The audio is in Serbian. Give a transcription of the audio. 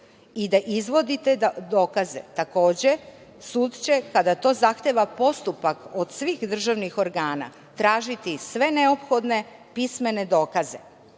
i da izvodi te dokaze. Takođe, sud će kada to zahteva postupak od svih državnih organa, tražiti sve neophodne pismene dokaze,